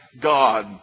God